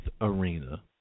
arena